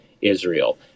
Israel